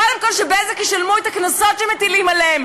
קודם כול ש"בזק" ישלמו את הקנסות שמטילים עליהם,